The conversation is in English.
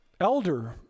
elder